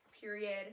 Period